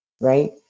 right